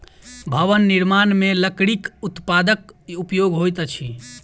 भवन निर्माण मे लकड़ीक उत्पादक उपयोग होइत अछि